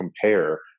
compare